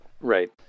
Right